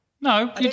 No